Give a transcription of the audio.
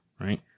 right